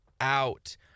out